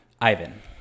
Ivan